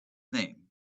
name